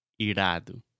Irado